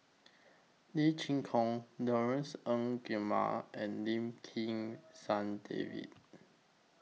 Lee Chin Koon Laurence Nunns Guillemard and Lim Kim San David